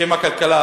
בשם הכלכלה,